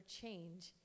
change